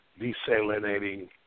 desalinating